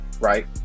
right